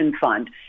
Fund